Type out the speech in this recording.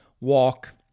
Walk